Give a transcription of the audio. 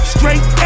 Straight